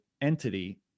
entity